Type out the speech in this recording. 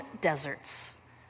deserts